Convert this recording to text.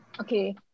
Okay